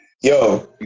Yo